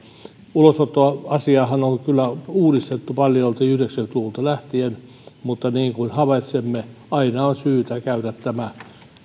ulosottoasiaahan on kyllä uudistettu paljolti yhdeksänkymmentä luvulta lähtien mutta niin kuin havaitsemme aina on syytä käydä tämä